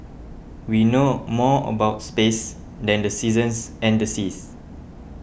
we know more about space than the seasons and the seas